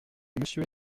monsieur